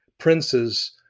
princes